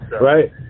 Right